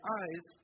eyes